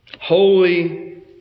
Holy